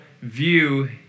view